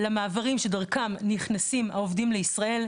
למעברים שדרכם נכנסים העובדים לישראל,